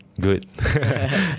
Good